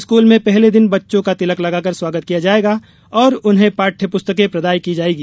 स्क्रलों में पहले दिन बच्चों का तिलक लगाकर स्वागत किया जायेगा और उन्हें पाठ्य पुस्तकें प्रदाय की जायेंगी